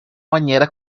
bañera